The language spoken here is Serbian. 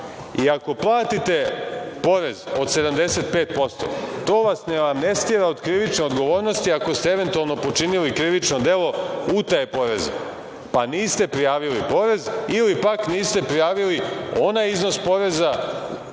iako platite porez od 75% to vas ne amnestira od krivične odgovornosti ako ste, eventualno počinili krivično delo utaje poreza, pa niste prijavili porez ili pak, niste prijavili onaj iznos poreza